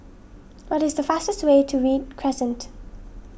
what is the fastest way to Read Crescent